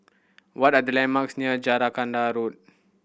what are the landmarks near Jacaranda Road